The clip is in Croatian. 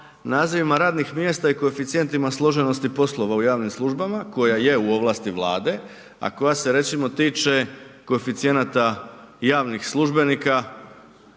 nazivima radnih mjesta i koeficijentima složenosti poslova u javnim službama koja je u ovlasti Vlade, a koja se recimo tiče recimo koeficijenata javnih službenika